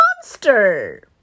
monster